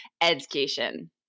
education